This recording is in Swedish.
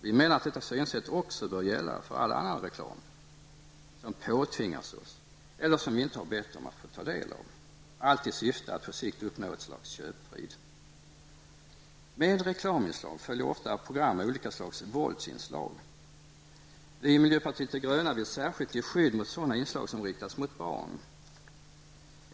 Vi menar att detta synsätt också bör gälla för all annan reklam som påtvingas oss eller som vi inte bett om att få ta del av, allt i syfte att på sikt uppnå ett slags köpfrid. Med reklaminslag följer ofta program med olika slags våldsinslag. Vi i miljöpartiet de gröna vill särskilt ge skydd mot sådana inslag som riktas mot barn.